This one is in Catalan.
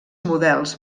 models